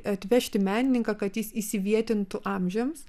atvežti menininką kad jis įvietintų amžiams